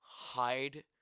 hide